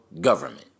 government